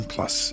Plus